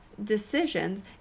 decisions